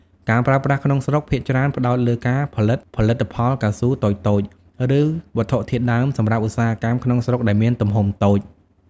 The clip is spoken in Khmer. ការប្រើប្រាស់ក្នុងស្រុកភាគច្រើនផ្តោតលើការផលិតផលិតផលកៅស៊ូតូចៗ ឬវត្ថុធាតុដើមសម្រាប់ឧស្សាហកម្មក្នុងស្រុកដែលមានទំហំតូច។